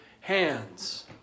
hands